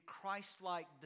Christ-like